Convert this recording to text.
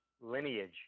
lineage